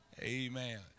Amen